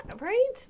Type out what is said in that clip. right